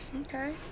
Okay